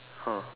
!huh!